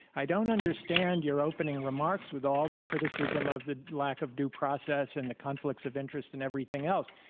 i don't understand your opening remarks with all the criticism of the lack of due process, and the conflicts of interest, and everything else.